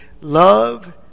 Love